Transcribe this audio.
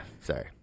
Sorry